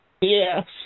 Yes